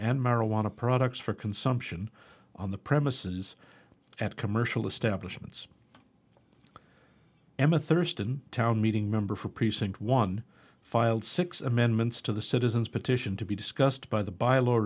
and marijuana products for consumption on the premises at commercial establishments emma thurston town meeting member for precinct one filed six amendments to the citizens petition to be discussed by the by